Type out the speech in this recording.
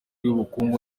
y’ubukungu